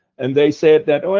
and they said that, well,